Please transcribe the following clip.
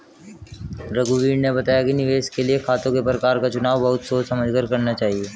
रघुवीर ने बताया कि निवेश के लिए खातों के प्रकार का चुनाव बहुत सोच समझ कर करना चाहिए